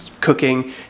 cooking